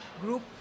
group